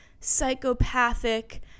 psychopathic